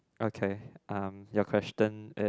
okay um your question is